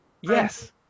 Yes